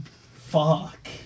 Fuck